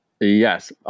Yes